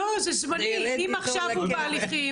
לא, זה זמני, אם עכשיו הוא בהליכים.